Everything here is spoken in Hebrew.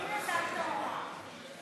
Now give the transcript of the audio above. מי נתן את ההוראה?